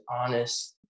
honest